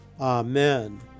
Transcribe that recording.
Amen